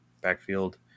backfield